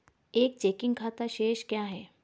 एक चेकिंग खाता शेष क्या है?